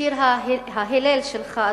שיר ההלל שלך,